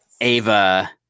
ava